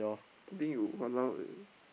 I think you !walao! eh